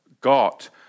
got